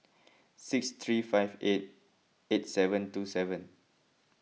six three five eight eight seven two seven